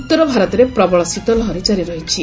ଉତ୍ତରଭାରତରେ ପ୍ରବଳ ଶୀତ ଲହରୀ ଜାରି ରହିଛି